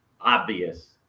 obvious